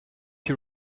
you